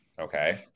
Okay